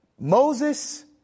Moses